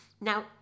Now